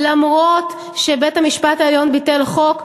אף שבית-המשפט העליון ביטל חוק,